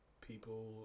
people